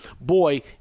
boy